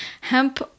hemp